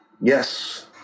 Yes